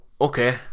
okay